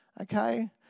Okay